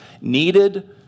Needed